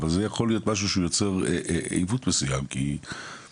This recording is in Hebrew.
אבל זה יכול להיות משהו שיוצר עיוות מסוים כי בפועל,